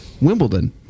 Wimbledon